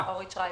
בזה.